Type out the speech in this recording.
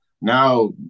now